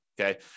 Okay